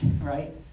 right